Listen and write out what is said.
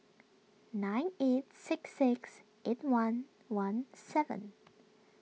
nine eight six six eight one one seven